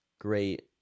great